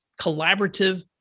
collaborative